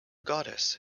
goddess